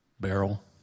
barrel